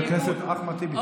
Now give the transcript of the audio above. חבר הכנסת אחמד טיבי,